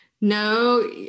No